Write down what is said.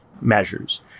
measures